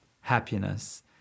happiness